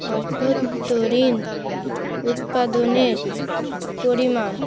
অভ্যতন্তরীণ উৎপাদনের পরিমাণ